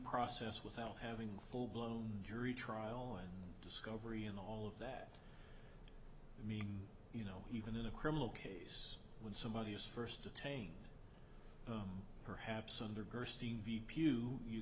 process without having full blown jury trial and discovery and all of that i mean you know even in a criminal case when somebody is first detained perhaps under